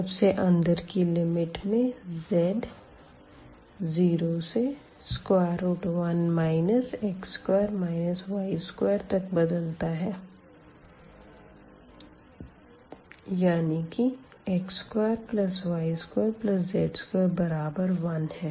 सबसे अंदर की लिमिट में z 0 से 1 x2 y2 तक बदलता है यानी की x2y2z2 बराबर 1 है